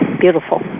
beautiful